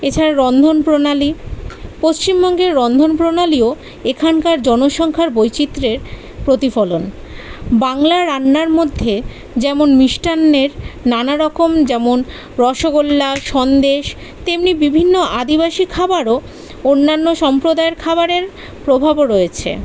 এছাড়া রন্ধন প্রণালী পশ্চিমবঙ্গে রন্ধন প্রণালীও এখানকার জনসংখ্যার বৈচিত্র্যের প্রতিফলন বাংলা রান্নার মধ্যে যেমন মিষ্টানের নানা রকম যেমন রসগোল্লা সন্দেশ তেমনি বিভিন্ন আদিবাসী খাবারও অন্যান্য সম্প্রদায়ের খাবারের প্রভাবও রয়েছে